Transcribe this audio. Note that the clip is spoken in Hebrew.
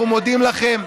אנחנו מודים לכם.